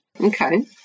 Okay